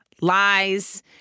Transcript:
lies